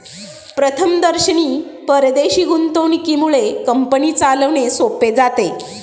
प्रथमदर्शनी परदेशी गुंतवणुकीमुळे कंपनी चालवणे सोपे जाते